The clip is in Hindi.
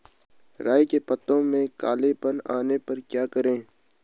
राई के पत्तों में काला पन आने पर क्या करें?